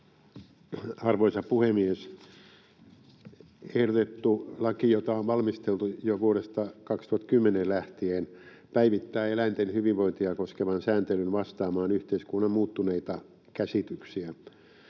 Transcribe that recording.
Arvoisa puhemies! Ehdotettu laki, jota on valmisteltu jo vuodesta 2010 lähtien, päivittää eläinten hyvinvointia koskevan sääntelyn vastaamaan yhteiskunnan muuttuneita käsityksiä.